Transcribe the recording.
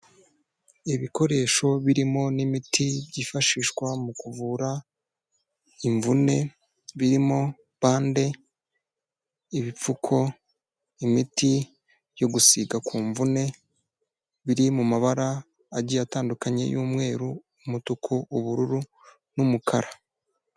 Ibikoresho birimo n'imiti byifashishwa mu kuvura imvune, birimo bande, ibipfuko, imiti yo gusiga ku mvune, biri mu mabara agiye atandukanye y'umweru, umutuku, ubururu n'umukara.